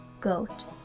goat